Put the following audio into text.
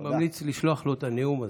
אני ממליץ לשלוח לו את הנאום הזה,